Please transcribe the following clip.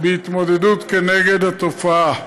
ההתמודדות עם התופעה.